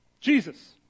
Jesus